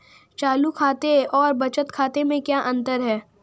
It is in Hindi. चालू खाते और बचत खाते में क्या अंतर है?